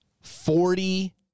Forty